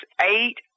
eight